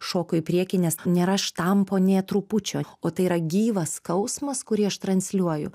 šoko į priekį nes nėra štampo nė trupučio o tai yra gyvas skausmas kurį aš transliuoju